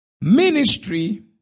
ministry